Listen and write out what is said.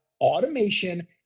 automation